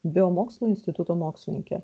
biomokslų instituto mokslininke